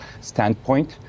standpoint